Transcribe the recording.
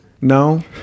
No